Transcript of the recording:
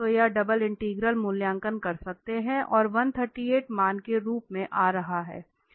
तो यह double integral मूल्यांकन कर सकते हैं और 138 मान के रूप में आ रहा है